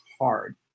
hard